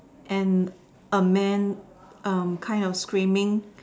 and a man um kind of screaming